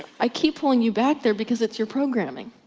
i keep pulling you back there because it's your programming.